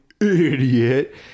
idiot